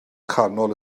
canol